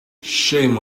shame